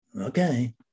Okay